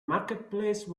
marketplace